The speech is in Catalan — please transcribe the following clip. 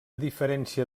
diferència